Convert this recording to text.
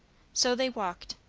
so they walked.